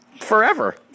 forever